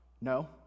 No